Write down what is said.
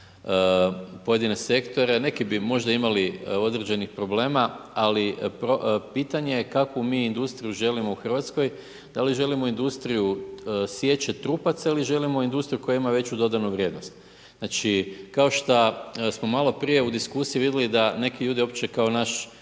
pojedine sektore. Neki bi možda imali određenih problema ali pitanje je kako mi industriju želimo u Hrvatskoj, da li želimo industriju siječe trupaca ili želimo industriju koja ima veću dodanu vrijednost. Znači kao šta smo maloprije u diskusiji vidjeli da neki ljudi uopće kao naš